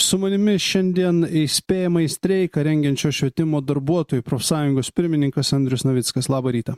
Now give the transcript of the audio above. su manimi šiandien įspėjamąjį streiką rengiančios švietimo darbuotojų profsąjungos pirmininkas andrius navickas labą rytą